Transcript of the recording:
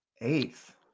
Eighth